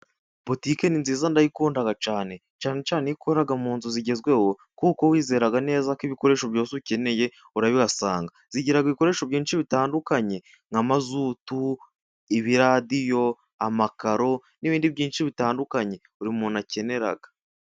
Butike ni nziza ndayikunda cyane, cyane cyane iyo ikorara mu nzu zigezweho kuko wizera neza ko ibikoresho byose ukeneye urabihasanga, zigira kibikoresho byinshi bitandukanye nka mazutu, ibiradiyo, amakaro n'ibindi byinshi bitandukanye buri muntu akenera.